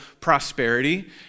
prosperity